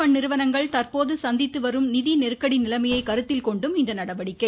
fund நிறுவனங்கள் தற்போது சந்தித்து வரும் நிதி நெருக்கடி நிலைமையை கருத்தில் கொண்டும் இந்நடவடிக்கை